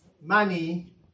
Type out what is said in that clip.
money